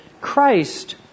Christ